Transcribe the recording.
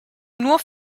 nur